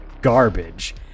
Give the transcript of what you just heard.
garbage